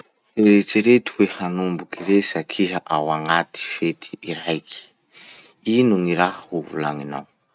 Eritsereto hoe hanomboky resaky iha ao agnaty fety iraky. Ino gny raha ho volagninao?